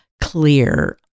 clear